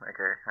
Okay